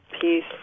peace